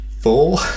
four